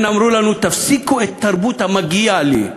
כן, אמרו לנו: תפסיקו את תרבות ה"מגיע לי".